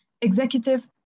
executive